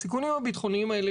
הסיכונים הביטחוניים האלה,